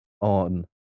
on